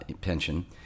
Pension